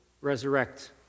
resurrect